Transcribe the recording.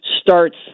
starts